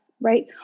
right